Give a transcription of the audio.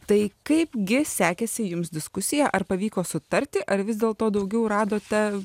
tai kaip gi sekėsi jums diskusija ar pavyko sutarti ar vis dėlto daugiau radote